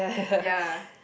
ya